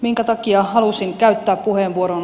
minkä takia halusin käyttää puheenvuoron